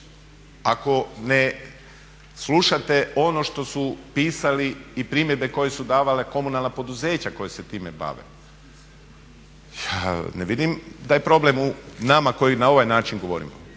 Ako ne slušate ono što su pisali i primjedbe koje su davala komunalna poduzeća koja se time bave. Ne vidim da je problem u nama koji na ovaj način govorimo,